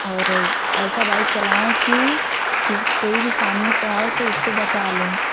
और ऐसा बाइक चलाएँ कि कि कोई भी सामने से आए तो उसको बचा लें